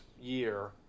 year